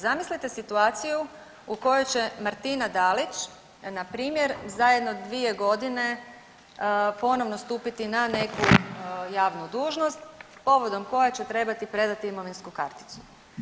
Zamislite situaciju u kojoj će Martina Dalić, npr. za jedno 2 godine ponovno stupiti na neki javnu dužnost povodom koje će trebati predati imovinsku karticu.